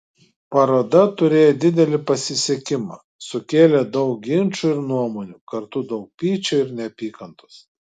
paroda turėjo didelį pasisekimą sukėlė daug ginčų ir nuomonių kartu daug pykčio ir neapykantos